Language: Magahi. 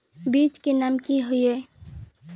बीज के नाम की हिये?